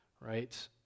right